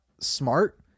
smart